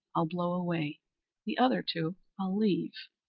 i'll blow away the other two i'll leave.